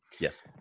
Yes